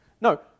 No